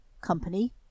company